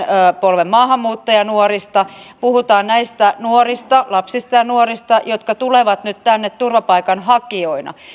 polven maahanmuuttajanuorista puhutaan näistä lapsista ja nuorista jotka tulevat nyt tänne turvapaikanhakijoina